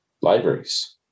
libraries